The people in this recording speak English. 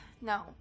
No